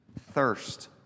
Thirst